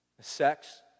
Sex